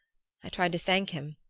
i tried to thank him,